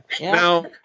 Now